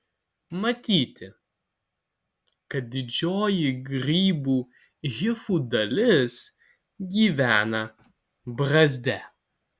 matyti kad didžioji grybų hifų dalis gyvena brazde